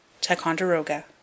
Ticonderoga